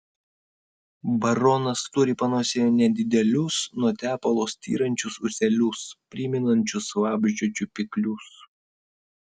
baronas turi panosėje nedidelius nuo tepalo styrančius ūselius primenančius vabzdžio čiupiklius